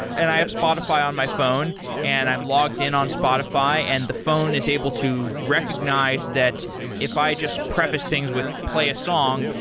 and i have spotify on my phone and i'm logged in on spotify and the phone is able to recognize that if i just preface things with play a song,